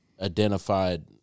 identified